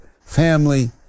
family